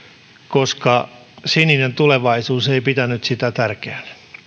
koska sininen tulevaisuus ei pitänyt sitä tärkeänä